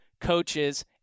coaches